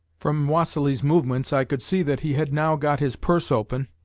from vassili's movements, i could see that he had now got his purse open,